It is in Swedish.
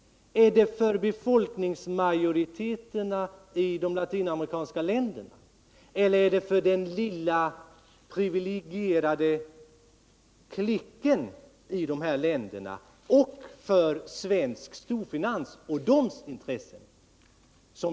Är det för befolkningsmajoriteterna i de latinamerikanska länderna eller för den lilla privilegierade klicken i dessa länder och för svensk storfinans och dess intressen?